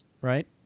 right